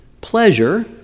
pleasure